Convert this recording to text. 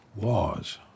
laws